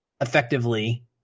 effectively